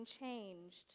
changed